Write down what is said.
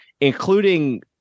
including